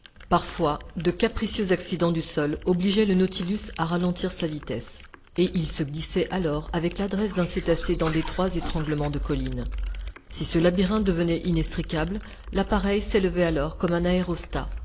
parfois de capricieux accidents du sol obligeaient le nautilus à ralentir sa vitesse et il se glissait alors avec l'adresse d'un cétacé dans d'étroits étranglements de collines si ce labyrinthe devenait inextricable l'appareil s'élevait alors comme un aérostat